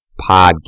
podcast